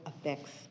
effects